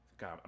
God